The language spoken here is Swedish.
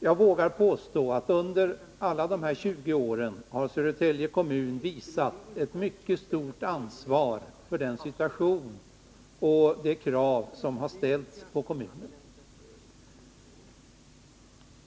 Jag vågar påstå att Södertälje kommun under dessa 20 år visat ett mycket stort ansvar i fråga om denna situation och de krav som har ställts på kommunen.